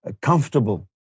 comfortable